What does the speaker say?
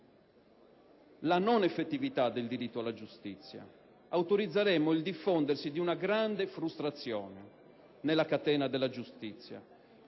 la non effettività del diritto alla giustizia, autorizzeremmo il diffondersi di una grande frustrazione nella catena della giustizia.